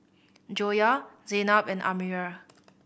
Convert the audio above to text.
Joyah Zaynab and Amirah